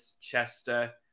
Chester